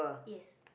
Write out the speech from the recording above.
yes